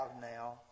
now